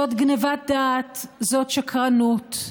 זאת גנבת דעת, זאת שקרנות.